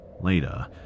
Later